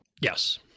Yes